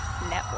Network